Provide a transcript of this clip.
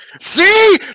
See